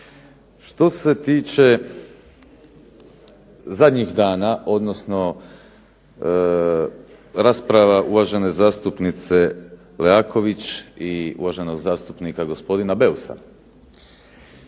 Što se tiče zadnjih dana, odnosno rasprava uvažene zastupnice Leaković i uvaženog zastupnika gospodina Beusa,